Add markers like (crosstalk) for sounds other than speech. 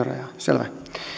(unintelligible) rajaa selvä